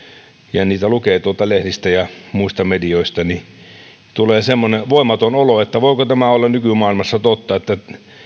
ja niitä lukee tuolta lehdistä ja muista medioista niin tulee semmoinen voimaton olo että voiko tämä olla nykymaailmassa totta että